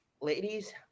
ladies